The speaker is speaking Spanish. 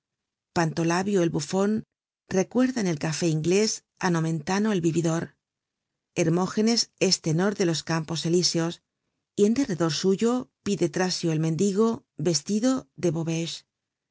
dragon pantolabio el bufon recuerda en el café inglés á nomentano el vividor hermógenes es tenor de los campos elíseos y en derredor suyo pide trasio el mendigo vestido de